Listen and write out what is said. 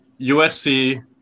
USC